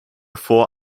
vor